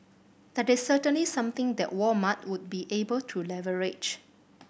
that is certainly something that Walmart would be able to leverage